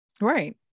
right